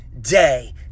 day